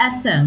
SM